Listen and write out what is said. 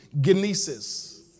genesis